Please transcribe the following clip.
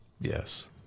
Yes